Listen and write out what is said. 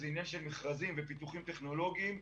זה עניין של מכרזים ופיתוחים טכנולוגיים.